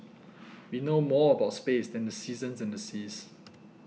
we know more about space than the seasons and the seas